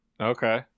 Okay